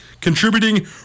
contributing